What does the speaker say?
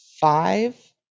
five